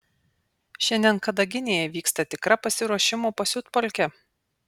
šiandien kadaginėje vyksta tikra pasiruošimo pasiutpolkė